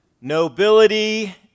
Nobility